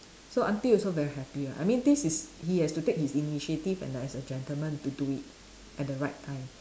so aunty also very happy ah I mean this is he has to take his initiative and as a gentleman to do it at the right time